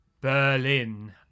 Berlin